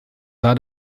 sah